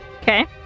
Okay